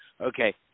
okay